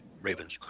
Raven's